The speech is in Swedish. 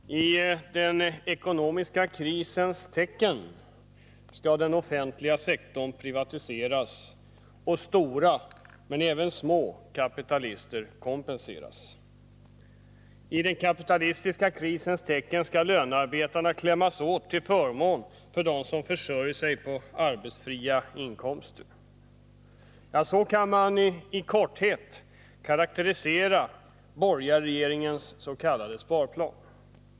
Herr talman! I den ekonomiska krisens tecken skall den offentliga sektorn privatiseras och stora men även små kapitalister kompenseras. I den kapitalistiska krisens tecken skall lönearbetarna klämmas åt till förmån för dem som försörjer sig på arbetsfria inkomster. Så kan man i korthet karakterisera borgarregeringens s.k. sparplan.